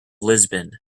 lisbon